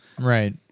right